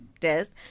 test